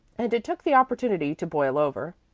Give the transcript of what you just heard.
and it took the opportunity to boil over.